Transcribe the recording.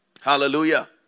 Hallelujah